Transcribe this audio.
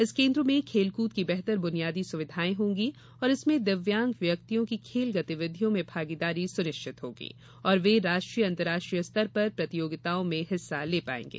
इस केन्द्र में खेलकूद की बेहतर बुनियादी सुविधाएं होंगी और इसमें दिव्यांग व्यक्तियों की खेल गतिविधियों में भागीदारी सुनिश्चित होगी और वे राष्ट्रीय अंतर्राष्ट्रीय स्तर पर प्रतियोगिताओं में हिस्सा ले पाएंगे